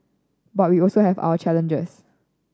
but we also have our challenges